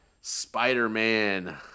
Spider-Man